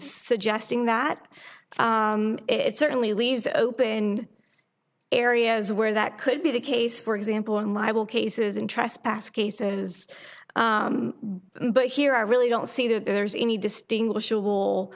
suggesting that it's certainly leaves open areas where that could be the case for example in libel cases and trespass cases but here i really don't see that there's any distinguish